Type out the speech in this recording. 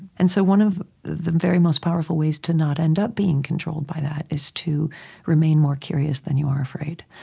and so one of the very most powerful ways to not end up being controlled by that is to remain more curious than you are afraid.